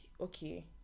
okay